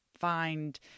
find